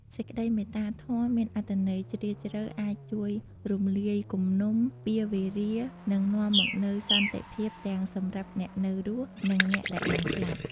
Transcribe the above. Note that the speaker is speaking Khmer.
សេចក្តីមេត្តាធម៌មានអត្ថន័យជ្រាលជ្រៅអាចជួយរំលាយគំនុំ ពៀរវេរា និងនាំមកនូវសន្តិភាពទាំងសម្រាប់អ្នកនៅរស់ និងអ្នកដែលបានស្លាប់។